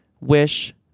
wish